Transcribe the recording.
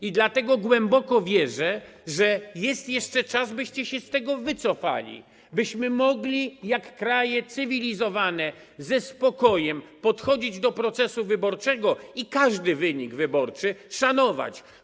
I dlatego głęboko wierzę, że jest jeszcze czas, byście się z tego wycofali, abyśmy mogli, jak kraje cywilizowane, ze spokojem podchodzić do procesu wyborczego i każdy wynik wyborczy szanować.